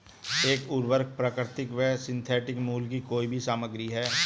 एक उर्वरक प्राकृतिक या सिंथेटिक मूल की कोई भी सामग्री है